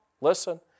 listen